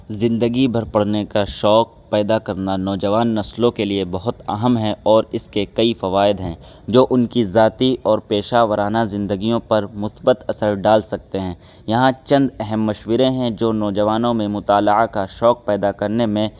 زندگی بھر پڑھنے کا شوق پیدا کرنا نوجوان نسلوں کے لیے بہت اہم ہے اور اس کے کئی فوائد ہیں جو ان کی ذاتی اور پیشہ ورانہ زندگیوں پر مثبت اثر ڈال سکتے ہیں یہاں چند اہم مشورے ہیں جو نوجوانوں میں مطالعہ کا شوق پیدا کرنے میں